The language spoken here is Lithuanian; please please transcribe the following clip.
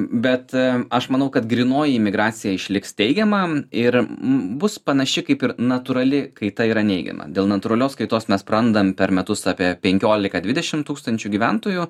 bet aš manau kad grynoji migracija išliks teigiama ir bus panaši kaip ir natūrali kaita yra neigiama dėl natūralios kaitos mes prarandam per metus apie penkiolika dvidešimt tūkstančių gyventojų